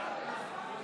בעד